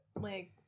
Like-